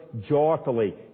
joyfully